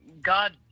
God